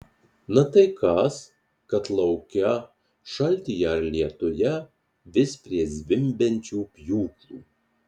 na tai kas kad lauke šaltyje ar lietuje vis prie zvimbiančių pjūklų